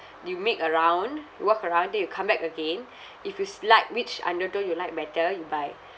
you make a round you walk around then you come back again if yous like which undertone you like better you buy